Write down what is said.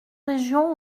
régions